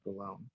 alone